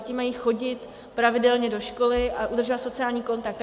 Děti mají chodit pravidelně do školy a udržovat sociální kontakt.